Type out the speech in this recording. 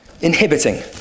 inhibiting